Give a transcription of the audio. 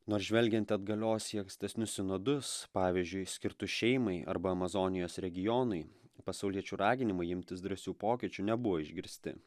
nors žvelgiant atgalios į ankstesnius sinodus pavyzdžiui skirtus šeimai arba amazonijos regionui pasauliečių raginimai imtis drąsių pokyčių nebuvo išgirsti